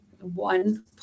one